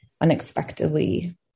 unexpectedly